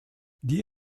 die